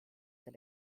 del